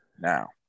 Now